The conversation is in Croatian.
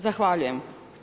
Zahvaljujem.